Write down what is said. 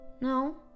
No